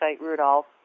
Rudolph